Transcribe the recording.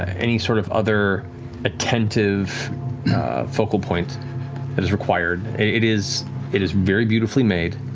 any sort of other attentive focal point that is required. it is it is very beautifully made,